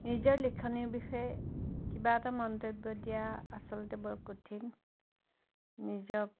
নিজৰ লিখনিৰ বিষয়ে কিবা এটা মন্তব্য দিয়া আচলতে বৰ কঠিন নিজক